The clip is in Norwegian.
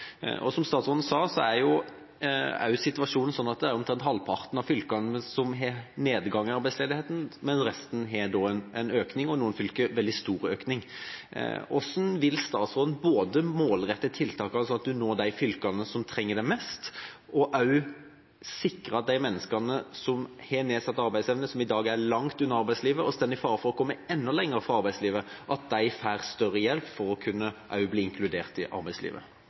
gjør. Som statsråden sa, er situasjonen sånn at det er omtrent halvparten av fylkene som har nedgang i arbeidsledigheten, men resten har en økning – noen fylker veldig stor økning. Hvordan vil statsråden både målrette tiltakene sånn at en når de fylkene som trenger det mest, og også sikre at de menneskene som har nedsatt arbeidsevne, som i dag er langt unna arbeidslivet og står i fare for å komme enda lenger fra arbeidslivet, får større hjelp til å kunne bli inkludert i arbeidslivet?